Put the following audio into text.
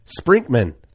Sprinkman